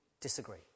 disagree